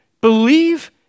believe